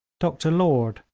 dr lord,